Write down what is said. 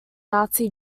nazi